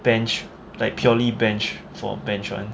bench like purely bench for bench [one]